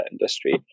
industry